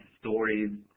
stories